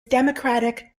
democratic